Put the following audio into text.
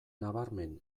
nabarmen